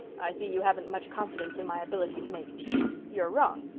i see you haven't much confidence in my ability to make tea. you're wrong.